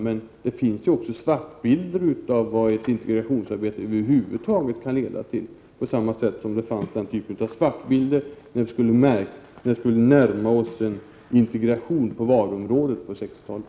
Men det finns också svartbilder av vad ett integrationsarbete över huvud taget kan leda till, på samma sätt som det fanns svartbilder när vi skulle närma oss en integration på varuområdet på 60-talet.